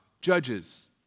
judges